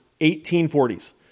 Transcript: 1840s